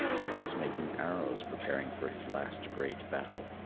where he is making arrows, preparing for his last great battle.